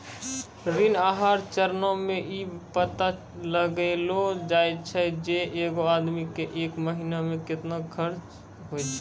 ऋण आहार चरणो मे इ पता लगैलो जाय छै जे एगो आदमी के एक महिना मे केतना खर्चा होय छै